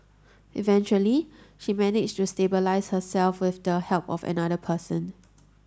eventually she managed to stabilise herself with the help of another person